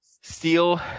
steel